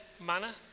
manner